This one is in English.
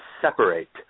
separate